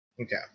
Okay